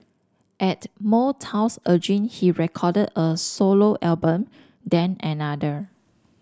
at Motown's urging he recorded a solo album then another